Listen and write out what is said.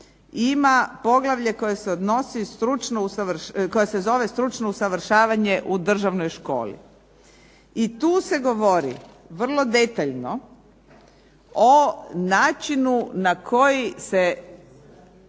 se odnosi, koje se zove Stručno usavršavanje u državnoj školi i tu se govori vrlo detaljno o načinu na koji se